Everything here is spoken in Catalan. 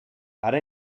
ara